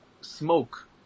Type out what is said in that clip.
smoke